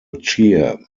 cheer